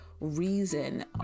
reason